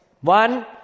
One